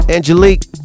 Angelique